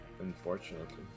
Unfortunately